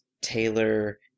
Taylor